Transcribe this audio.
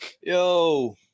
Yo